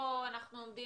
איפה אנחנו עומדים